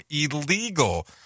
illegal